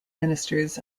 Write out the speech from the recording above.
ministers